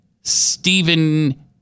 Stephen